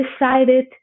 decided